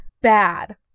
bad